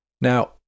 Now